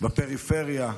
בפריפריה,